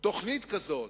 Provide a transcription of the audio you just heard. תוכנית כזאת,